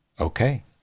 Okay